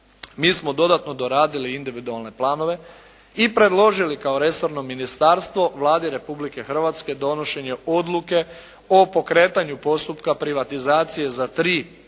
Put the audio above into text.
mi smo dodatno doradili individualne planove i predložili kao resorno ministarstvo Vladi Republike Hrvatske donošenje odluke o pokretanju postupka privatizacije za tri